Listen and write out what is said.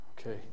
Okay